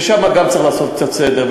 ושם גם צריך לעשות קצת סדר,